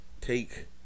take